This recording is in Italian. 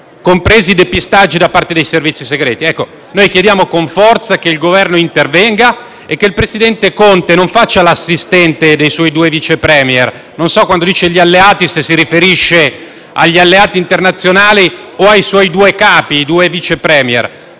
compresi i depistaggi da parte dei servizi segreti. Chiediamo con forza che il Governo intervenga e che il presidente Conte non faccia l'assistente dei suoi due Vice *Premier*: quando parla di «alleati» non so se si riferisca agli alleati internazionali o ai suoi due capi, i due Vice *Premier*.